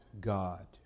God